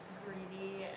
greedy